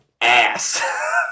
ass